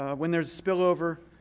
ah when there's spillover,